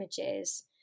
images